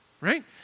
right